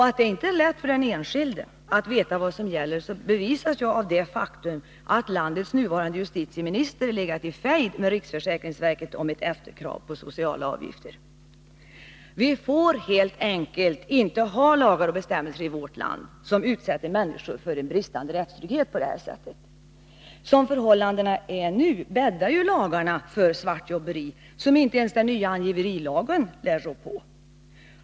Att det inte är lätt för den enskilde att veta vad som gäller bevisas av det faktum att landets nuvarande justitieminister legat i fejd med riksförsäkringsverket om ett efterkrav på sociala avgifter! Vi får helt enkelt inte ha lagar och bestämmelser i vårt land som på detta sätt utsätter människor för bristande rättstrygghet. Som förhållandena nu är, bäddar lagarna för ”svartjobberi”, som inte ens den nya ”angiverilagen” lär rå på!